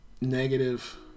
negative